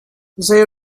zei